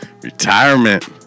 Retirement